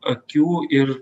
akių ir